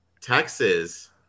Texas